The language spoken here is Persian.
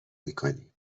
میکنی